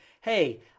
Hey